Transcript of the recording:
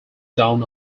down